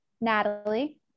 Natalie